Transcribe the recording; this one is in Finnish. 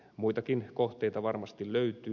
muitakin kohteita varmasti löytyy